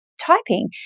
typing